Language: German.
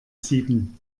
sieben